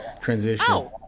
transition